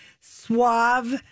suave